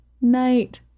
night